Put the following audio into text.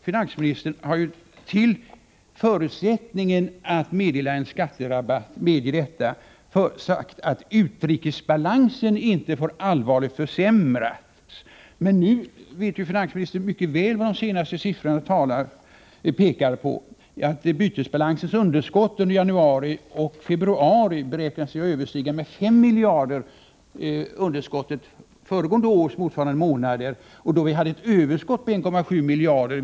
Finansministern har ju sagt att förutsättningen för att kunna medge en skatterabatt är att utrikesbalansen inte får allvarligt försämras. Finansministern vet dock mycket väl vad de senaste siffrorna pekar på. Bytesbalansunderskottet under januari och februari beräknas ju med 5 miljarder överstiga resultatet föregående års motsvarande månader, då vi hade ett överskott på 1,7 miljarder.